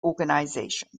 organizations